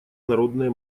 народные